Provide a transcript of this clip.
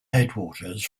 headwaters